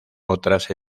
otras